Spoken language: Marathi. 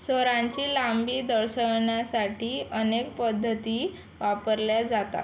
स्वरांची लांबी दर्शवण्यासाठी अनेक पद्धती वापरल्या जातात